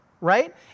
right